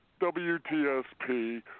WTSP